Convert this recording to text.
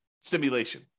simulation